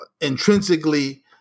intrinsically